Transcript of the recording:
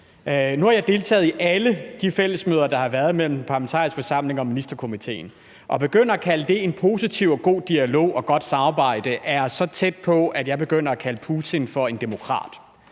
Nu har jeg deltaget i alle de fællesmøder, der har været, mellem den Parlamentariske Forsamling og Ministerkomiteen, og at begynde at kalde det en positiv og god dialog og godt samarbejde er så tykt, at jeg er lige ved at begynde at kalde Putin for en demokrat.